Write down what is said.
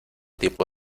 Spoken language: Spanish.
tipo